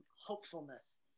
hopefulness